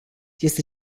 este